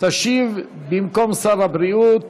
תשיב במקום שר הבריאות,